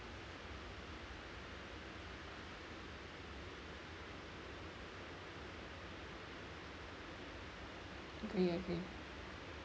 agree agree